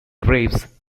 graves